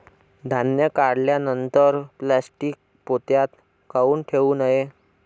धान्य काढल्यानंतर प्लॅस्टीक पोत्यात काऊन ठेवू नये?